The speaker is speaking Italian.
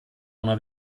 una